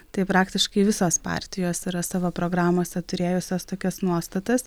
tai praktiškai visos partijos yra savo programose turėjusios tokias nuostatas